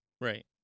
Right